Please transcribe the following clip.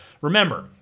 Remember